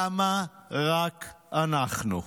למה רק אנחנו?